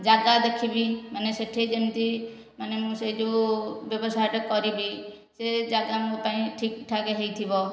ଯାଗା ଦେଖିବି ମାନେ ସେଇଠି ଯେମିତି ମାନେ ମୁଁ ସେହି ଯେଉଁ ବ୍ୟବସାୟଟେ କରିବି ସେ ଯାଗା ମୋ ପାଇଁ ଠିକ ଠାକ ହୋଇଥିବ